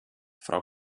frau